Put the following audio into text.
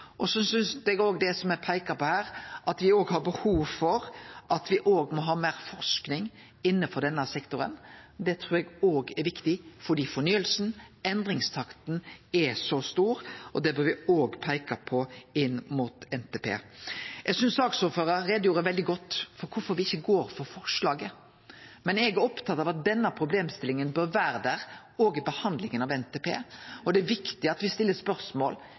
Så trur eg òg det som det er peika på her, at me òg har behov for meir forsking innanfor denne sektoren, er viktig – fordi fornyinga, endringstakta, er så stor. Det bør me òg peike på inn mot NTP. Eg synest saksordføraren gjorde veldig godt greie for kvifor me ikkje går inn for forslaget. Men eg er opptatt av at denne problemstillinga bør vere der òg i behandlinga av NTP, og det er viktig at me stiller spørsmål